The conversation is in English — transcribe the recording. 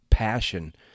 passion